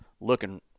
looking